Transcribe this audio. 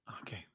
Okay